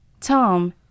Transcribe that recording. Tom